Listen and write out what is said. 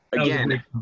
Again